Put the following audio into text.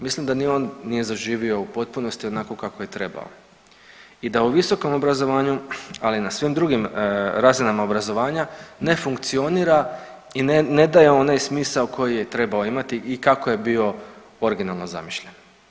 Mislim da ni on nije zaživio u potpunosti onako kako je trebao i da u visokom obrazovanju ali i na svim drugim razinama obrazovanja ne funkcionira i ne daje onaj smisao koji je trebao imati i kako je bio originalno zamišljen.